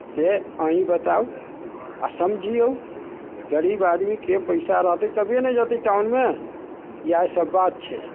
से अहीँ बताउ आ समझियौ गरीब आदमीके पैसा रहतै तभिए ने जेतै टाउनमे इएह सभ बात छै